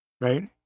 right